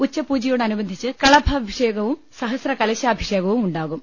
ഉച്ചപൂജയോടനുബന്ധിച്ച് കളഭാഭിഷേകവും സഹസ്ര കലശാഭിഷേകവും ഉണ്ടാകും